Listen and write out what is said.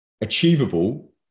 Achievable